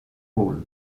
ball